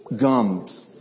gums